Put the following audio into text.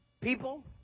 people